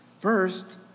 First